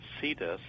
Cetus